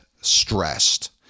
stressed